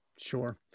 Sure